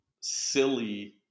Silly